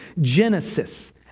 Genesis